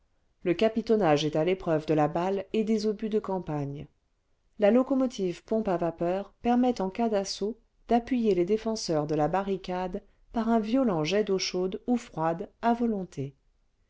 le capitonnage est à l'épreuve de la balle et des obus de campagne la locomotive pompe à vapeur permet en cas d'assaut d'appuyer les défenseurs de la barricade par un violent jet d'eau chaude ou froide à volonté